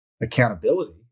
accountability